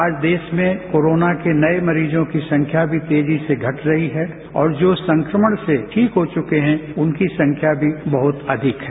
आज देश में कोरोना के नए मरीजों की संख्या भी तेजी से घट रही है और जो संक्रमण से ठीक हो चुके हैं उनकी संख्या भी बहुत अधिक है